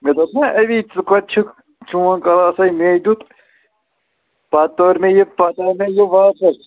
مےٚ دوٚپ نَہ اَمی ژٕ کَتہِ چھِکھ چون کَلاسَے مے دیُت پَتہٕ تٔر مےٚ یہِ پَتہٕ آے مےٚ یہِ واچَس